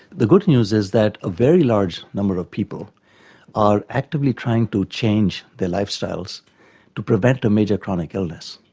the good news is that a very large number of people are actively trying to change their lifestyles to prevent a major chronic illness,